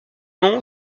nom